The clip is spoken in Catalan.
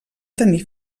tenir